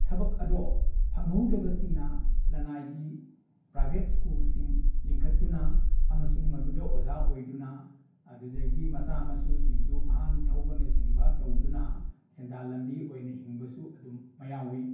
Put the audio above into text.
ꯊꯕꯛ ꯑꯗꯣ ꯐꯪꯍꯧꯗꯕꯁꯤꯡꯅ ꯂꯅꯥꯏꯒꯤ ꯄ꯭ꯔꯥꯏꯕꯦꯠ ꯁ꯭ꯀꯨꯜꯁꯤꯡ ꯂꯤꯡꯈꯠꯇꯨꯅ ꯑꯃꯁꯨꯡ ꯃꯗꯨꯗ ꯑꯣꯖꯥ ꯑꯣꯏꯗꯨꯅ ꯑꯗꯨꯗꯒꯤ ꯃꯆꯥ ꯃꯁꯨꯁꯤꯡꯗꯨ ꯚꯥꯟ ꯊꯧꯕꯅꯆꯤꯡꯕ ꯇꯧꯗꯨꯅ ꯁꯦꯟꯗꯥꯜ ꯂꯝꯕꯤ ꯑꯣꯏꯔꯤꯕꯁꯨ ꯑꯗꯨꯝ ꯃꯌꯥꯎꯋꯤ